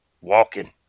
walking